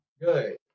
Good